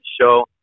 show